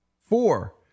Four